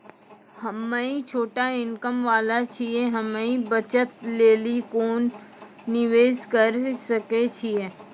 हम्मय छोटा इनकम वाला छियै, हम्मय बचत लेली कोंन निवेश करें सकय छियै?